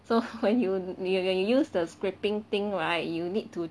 so when you when you use the scrapping thing right you need to